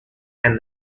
and